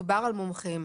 מבחני התמיכה התפרסמו.